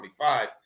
25